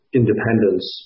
independence